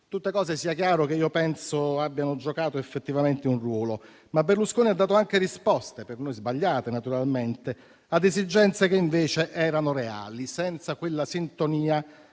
tutte cose - sia chiaro - che io penso abbiano giocato effettivamente un ruolo. Ma Berlusconi ha dato anche risposte, per noi sbagliate naturalmente, a esigenze che invece erano reali. Senza quella sintonia,